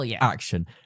action